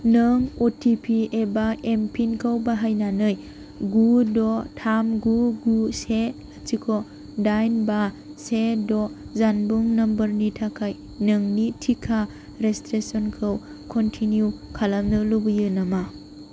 नों अटिपि एबा एमपिनखौ बाहायनानै गु द' थाम गु गु से लाथिख' दाइन बा से द' जानबुं नम्बरनि थाखाय नोंनि टिका रेजिस्ट्रेसनखौ कन्टिनिउ खालामनो लुबैयो नामा